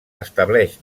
estableix